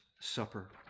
supper